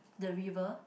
the river